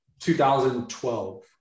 2012